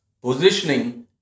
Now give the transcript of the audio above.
positioning